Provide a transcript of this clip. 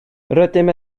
rydym